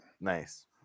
nice